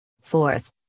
Fourth